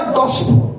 gospel